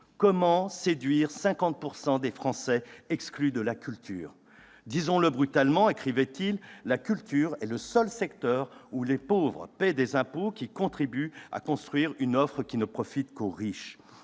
Comment séduire les 50 % de Français exclus de la culture ? Disons-le brutalement, la culture est le seul secteur où les pauvres paient des impôts qui contribuent à construire une offre qui ne profite qu'aux riches.